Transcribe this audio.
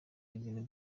ibintu